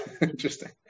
Interesting